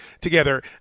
together